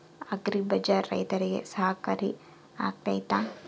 Agri Bazaar ರೈತರಿಗೆ ಸಹಕಾರಿ ಆಗ್ತೈತಾ?